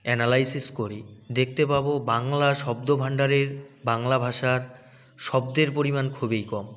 analysis করি দেখতে পাব বাংলা শব্দ ভান্ডারের বাংলা ভাষার শব্দের পরিমাণ খুবই কম